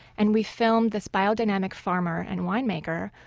and we filmed this biodynamic farmer and winemaker,